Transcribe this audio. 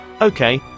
Okay